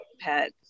pets